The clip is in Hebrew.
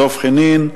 דב חנין,